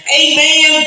amen